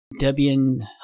Debian